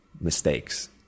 mistakes